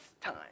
time